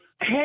Hey